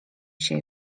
się